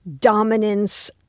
dominance